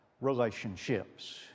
relationships